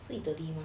自己的地方